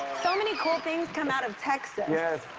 so many cool things come out of texas. yes.